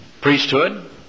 priesthood